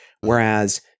Whereas